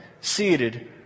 seated